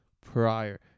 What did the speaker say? prior